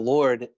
Lord